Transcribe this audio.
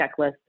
checklist